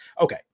Okay